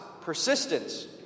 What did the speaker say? persistence